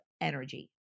energy